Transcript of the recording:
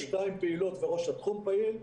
מתוך חמש, שתיים פעילות וראש התחום פעיל.